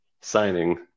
signing